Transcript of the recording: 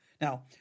Now